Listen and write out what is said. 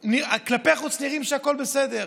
שכלפי חוץ נראים שהכול בסדר.